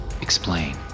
Explain